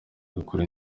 agakora